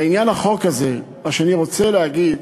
לעניין החוק הזה, מה שאני רוצה להגיד,